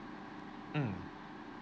mm